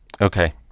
okay